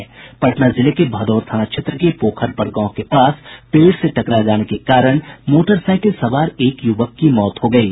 पटना जिले के भदौर थाना क्षेत्र में पोखरपर गांव के पास पेड़ से टकरा जाने के कारण मोटरसाइकिल सवार एक युवक की मौत हो गयी